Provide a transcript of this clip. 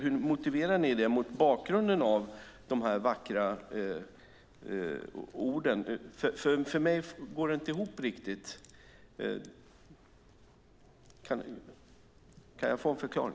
Hur motiverar ni det, mot bakgrund av de vackra orden? För mig går det inte ihop riktigt. Kan jag få en förklaring?